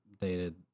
Dated